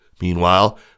Meanwhile